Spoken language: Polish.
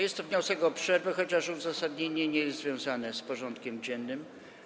Jest to wniosek o przerwę, chociaż uzasadnienie nie jest związane z porządkiem dziennym.